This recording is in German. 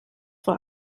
vor